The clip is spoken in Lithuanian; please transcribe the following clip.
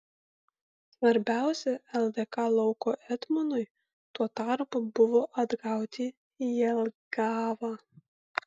svarbiausia ldk lauko etmonui tuo tarpu buvo atgauti jelgavą